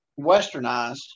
westernized